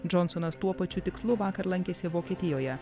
džonsonas tuo pačiu tikslu vakar lankėsi vokietijoje